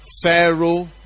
Pharaoh